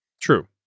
True